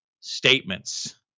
statements